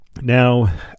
Now